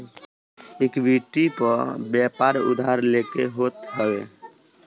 equity पअ व्यापार उधार लेके होत हवे